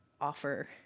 offer